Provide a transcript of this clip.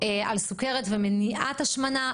על סוכרת ומניעת השמנה,